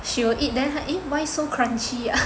she will eat then !huh! eh why so crunchy ah